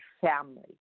family